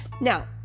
Now